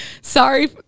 sorry